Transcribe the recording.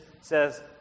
says